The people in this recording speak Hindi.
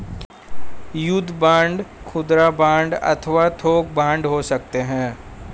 युद्ध बांड खुदरा बांड अथवा थोक बांड हो सकते हैं